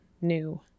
new